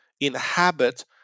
inhabit